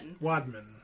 Wadman